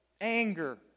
Anger